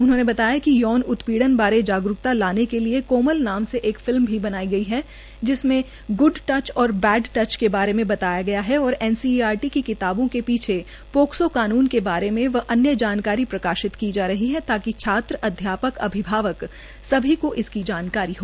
उ ह ने बताया क यौन उ पीड़न बारे जाग कता लाने के लए कोमल नाम से एक फ म भी बनाई है जिसम गुड टच और बैड टच के बारे बताया गया है और एनसीआरट क कताब के पीछे पोकसो कानून के बारे व अ य जानकार का शत क जा रह है ता क छा अ यापक अ भभावक सभी को इसक जानकार हो